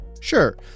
Sure